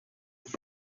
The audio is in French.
vous